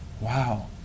Wow